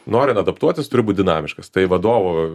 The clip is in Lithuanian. norint adaptuotis turi būt dinamiškas tai vadovo